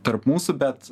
tarp mūsų bet